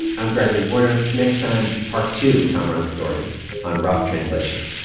i'm gregory warner. next time, part two of kamaran's story on rough translation